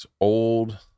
old